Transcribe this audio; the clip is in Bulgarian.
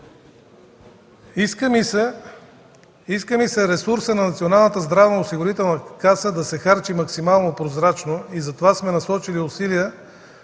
Иска ни се ресурсът на Националната здравноосигурителна каса да се харчи максимално прозрачно. Затова сме насочили усилия